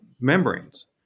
membranes